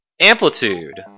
Amplitude